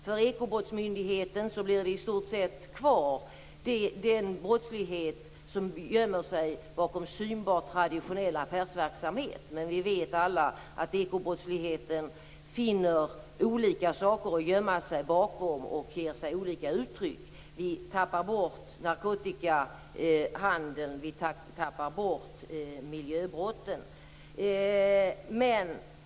För Ekobrottsmyndigheten blir i stort sett den brottslighet kvar som gömmer sig bakom synbart traditionell affärsverksamhet, men vi vet alla att ekobrottsligheten finner olika saker att gömma sig bakom och ger sig olika uttryck. Vi tappar bort narkotikahandeln och miljöbrotten.